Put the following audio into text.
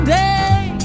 day